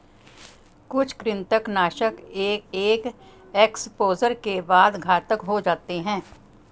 कुछ कृंतकनाशक एक एक्सपोजर के बाद घातक हो जाते है